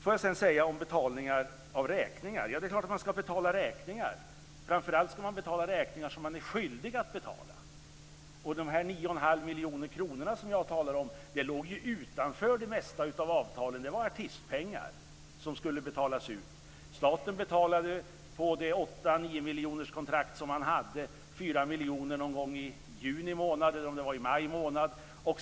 Jag vill sedan säga något om betalning av räkningar. Det är klart att man ska betala räkningar. Framför allt ska man betala räkningar som man är skyldig att betala. Och dessa 9 1⁄2 miljoner kronor som jag talade om låg ju utanför det mesta av avtalen. Det var artistpengar som skulle betalas ut. Staten betalade på det 8-9-miljonerskontrakt som man hade 4 miljoner någon gång i juni månad eller om det var i maj månad.